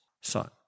son